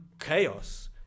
chaos